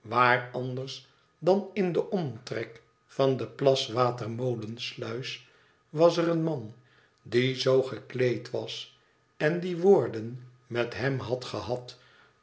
waar anders dan in den omtrek van de plaswater molensluis was er een man die zoo gekleed was en die woorden met hem had gehad